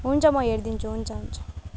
हुन्छ म हेरिदिन्छु हुन्छ हुन्छ